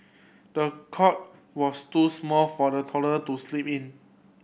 the cot was too small for the toddler to sleep in